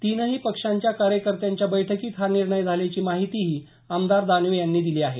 तिनही पक्षांच्या कार्यकर्त्यांच्या बैठकीत हा निर्णय झाल्याची माहितीही आमदार दानवे यांनी दिली आहे